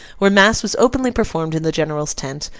where mass was openly performed in the general's tent,